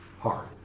hard